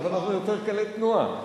עכשיו אנחנו יותר קלי תנועה.